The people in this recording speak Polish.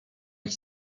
ich